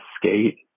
skate